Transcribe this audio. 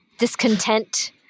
Discontent